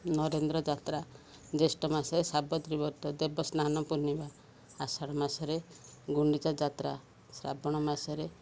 ନରେନ୍ଦ୍ର ଯାତ୍ରା ଜ୍ୟେଷ୍ଠ ମାସରେ ସାବତ୍ରୀ ବତ ଦେବସ୍ନାନ ପୂର୍ଣ୍ଣିମା ଆଷା ମାସରେ ଗୁଣ୍ଡିଚା ଯାତ୍ରା ଶ୍ରାବଣ ମାସରେ